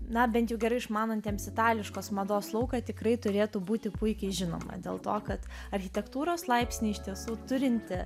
na bent jau gerai išmanantiems itališkos mados lauką tikrai turėtų būti puikiai žinoma dėl to kad architektūros laipsnį iš tiesų turinti